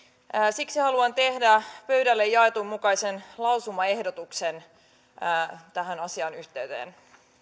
siksi haluan tehdä pöydälle jaetun mukaisen lausumaehdotuksen tämän asian yhteyteen